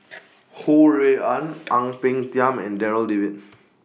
Ho Rui An Ang Peng Tiam and Darryl David